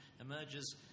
emerges